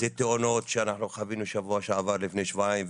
זה תאונות שאנחנו חווינו בשבוע שעבר ולפני שבועיים,